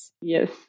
Yes